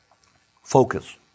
focus